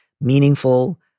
meaningful